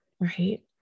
right